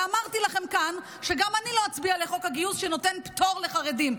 הרי אמרתי לכם כאן שגם אני לא אצביע לחוק גיוס שנותן פטור לחרדים.